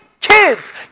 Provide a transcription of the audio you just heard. Kids